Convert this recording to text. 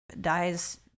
dies